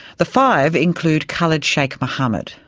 the five include khalid sheikh mohammed,